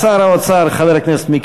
בעד, 22, אין מתנגדים או נמנעים.